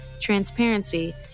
transparency